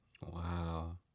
wow